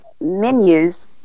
Menus